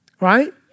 Right